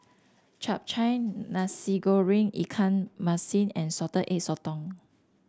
Chap Chai Nasi Goreng Ikan Masin and Salted Egg Sotong